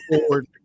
forward